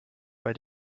bei